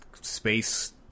space